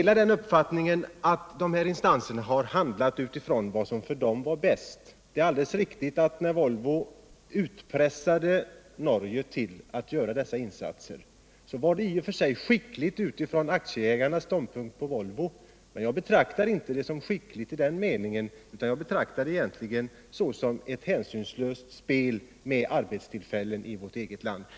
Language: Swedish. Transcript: Jag delar uppfattningen att de två parterna har handlat med hänsyn till vad som för dem var bäst. Det är alldeles riktigt, att när Volvo pressade Norge till att göra dessa insatser, var det i och för sig skickligt från Volvoaktieägarnas synpunkt. Men jag betraktar det egentligen inte som skickligt utan som ett hänsynslöst spel med arbetstillfällen i vårt eget land.